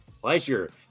pleasure